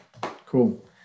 Cool